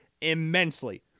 immensely